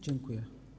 Dziękuję.